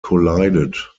collided